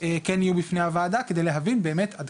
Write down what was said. כן יהיו בפני הוועדה כדי להבין באמת עד